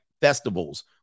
Festivals